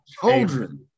children